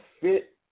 Fit